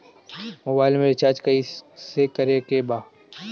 Mobile में recharge कइसे करे के बा?